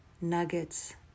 nuggets